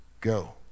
Go